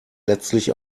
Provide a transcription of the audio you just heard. letztlich